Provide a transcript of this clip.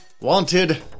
Wanted